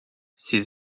ses